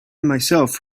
myself